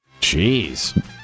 Jeez